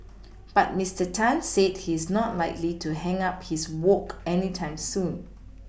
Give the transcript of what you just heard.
but Mister Tan said he is not likely to hang up his wok anytime soon